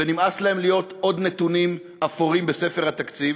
ונמאס להם להיות עוד נתונים אפורים בספר התקציב.